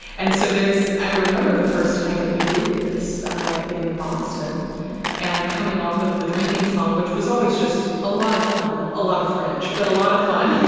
and so there's i remember the first time that we did this in boston and coming off of the drinking song, which was always just a lot of fun. a lot of french, but a lot of fun